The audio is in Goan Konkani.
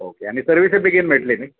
ओके आनी सर्विसय बेगीन मेळटली न्ही